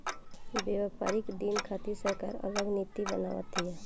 व्यापारिक दिन खातिर सरकार अलग नीति के बनाव तिया